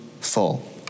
full